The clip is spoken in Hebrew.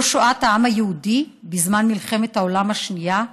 זו שואת העם היהודי בזמן מלחמת העולם השנייה,